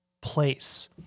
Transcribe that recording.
place